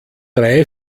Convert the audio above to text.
drei